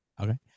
Okay